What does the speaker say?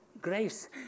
grace